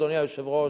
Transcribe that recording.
אדוני היושב-ראש,